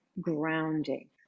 grounding